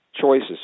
choices